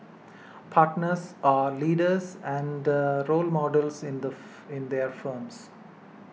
partners are leaders and role models in the in their firms